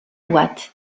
boîte